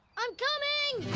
i'm coming!